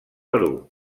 perú